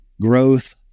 growth